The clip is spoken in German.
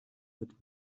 mit